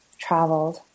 traveled